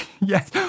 Yes